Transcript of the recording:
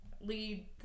Lead